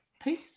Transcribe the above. Peace